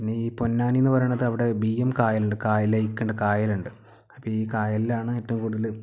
പിന്നെ ഈ പൊന്നാനി എന്ന് പറയുന്നത് അവിടെ ഒരു ബിയ്യം കായലുണ്ട് കായ ലേയ്ക്ക് കായലുണ്ട് അപ്പം ഈ കായലിലാണ് ഏറ്റവും കൂടുതല്